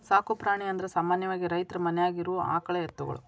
ಸಾಕು ಪ್ರಾಣಿ ಅಂದರ ಸಾಮಾನ್ಯವಾಗಿ ರೈತರ ಮನ್ಯಾಗ ಇರು ಆಕಳ ಎತ್ತುಗಳು